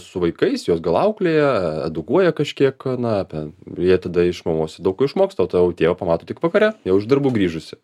su vaikais juos gal auklėja edukuoja kažkiek na ten jie tada iš mamos daug ko išmoksta o tą jau tėvą pamato tik vakare jau iš darbų grįžusį